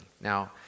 Now